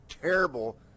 terrible